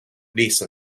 release